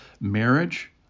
marriage